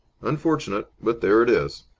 unfortunate, but there it is!